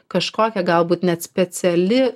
kažkokia galbūt net speciali